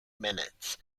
minutes